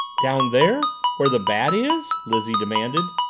down there, where the bat is? lizzie demanded.